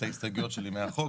את ההסתייגויות שלי מהחוק.